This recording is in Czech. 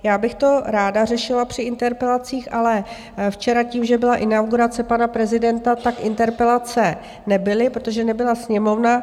Já bych to ráda řešila při interpelacích, ale včera tím, že byla inaugurace pana prezidenta, interpelace nebyly, protože nebyla sněmovna.